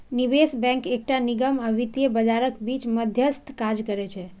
निवेश बैंक एकटा निगम आ वित्तीय बाजारक बीच मध्यस्थक काज करै छै